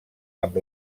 amb